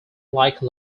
like